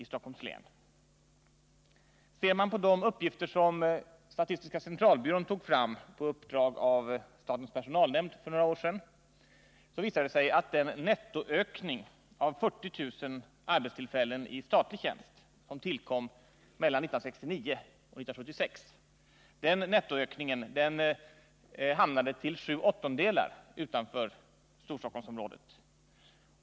Ser man på de uppgifter som statistiska centralbyrån tog fram på uppdrag av statens personalnämnd för några år sedan, visar det sig att den nettoökning av 40 000 arbetstillfällen i statlig tjänst som tillkom mellan 1969 och 1976 till sju åttondelar hamnade utanför Storstockholmsområdet.